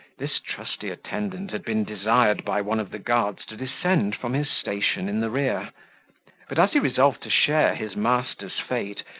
this trusty attendant had been desired by one of the guards to descend from his station in the rear but as he resolved to share his master's fate,